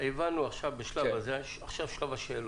סדרי גודל